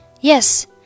Yes